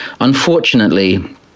unfortunately